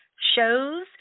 shows